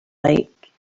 like